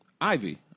Ivy